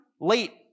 late